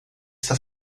está